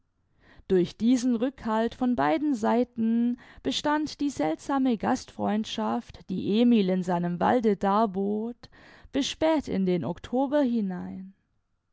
durch diesen rückhalt von beiden seiten bestand die seltsame gastfreundschaft die emil in seinem walde darbot bis spät in den october hinein